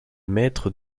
maître